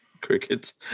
Crickets